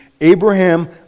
Abraham